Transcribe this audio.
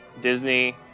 Disney